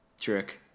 Trick